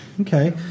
Okay